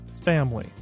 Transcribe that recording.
family